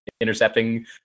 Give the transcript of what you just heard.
intercepting